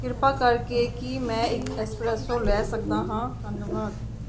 ਕਿਰਪਾ ਕਰਕੇ ਕੀ ਮੈਂ ਇੱਕ ਐਸਪ੍ਰੈਸੋ ਲੈ ਸਕਦਾ ਹਾਂ ਧੰਨਵਾਦ